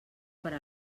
per